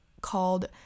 called